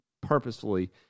purposefully